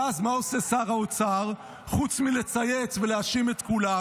ואז מה עושה שר האוצר חוץ מלצייץ ולהאשים את כולם?